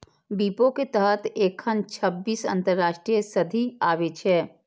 विपो के तहत एखन छब्बीस अंतरराष्ट्रीय संधि आबै छै